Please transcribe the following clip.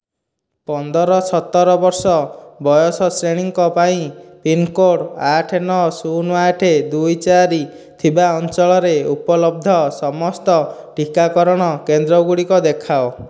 ପନ୍ଦର ସତର ବର୍ଷ ବୟସ ଶ୍ରେଣୀଙ୍କ ପାଇଁ ପିନ୍କୋଡ଼୍ ଆଠ ନଅ ଶୁନ ଆଠ ଦୁଇ ଚାରି ଥିବା ଅଞ୍ଚଳରେ ଉପଲବ୍ଧ ସମସ୍ତ ଟିକାକରଣ କେନ୍ଦ୍ର ଗୁଡ଼ିକ ଦେଖାଅ